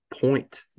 point